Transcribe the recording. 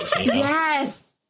Yes